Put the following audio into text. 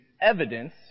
evidence